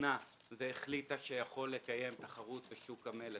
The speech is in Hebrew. בחנה והחליטה שהוא יכול לקיים תחרות בשוק המלט.